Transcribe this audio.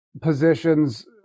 positions